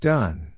Done